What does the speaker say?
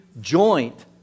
joint